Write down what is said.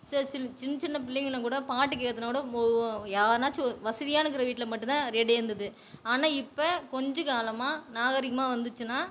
சின்ன சின்ன பிள்ளைங்கள்லாம் கூட பாட்டு கேக்குறதுனா கூட ஒவ்வொரு யாருனாச்சும் வசதியாருக்கற வீட்டில் மட்டுந்தான் ரேடியோ இருந்தது ஆனால் இப்போ கொஞ்சம் காலமாக நாகரிகமாக வந்துடுச்சின்னா